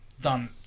done